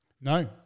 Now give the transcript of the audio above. No